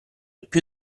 più